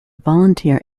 volunteer